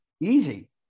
easy